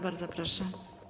Bardzo proszę.